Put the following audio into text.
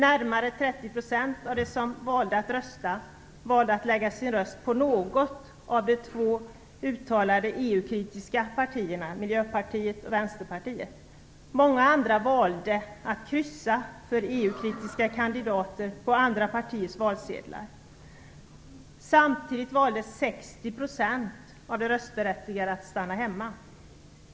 Närmre 30 % av de som valde att rösta valde att lägga sin röst på något av de uttalat EU-kritiska partierna, Miljöpartiet och Vänsterpartiet. Många andra valde att kryssa för Samtidigt valde 60 % av de röstberättigade att stanna hemma.